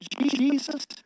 Jesus